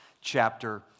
chapter